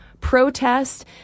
protest